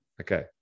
Okay